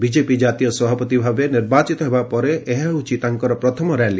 BJP ଜାତୀୟ ସଭାପତି ଭାବେ ନିର୍ବାଚିତ ହେବା ପରେ ଏହା ହେଉଛି ତାଙ୍କର ପ୍ରଥମ ର୍ୟାଲି